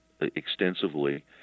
extensively